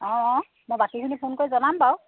অঁ অঁ মই বাকীখিনিক ফোন কৰি জনাম বাৰু